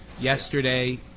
yesterday